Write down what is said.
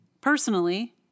personally